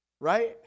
right